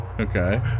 Okay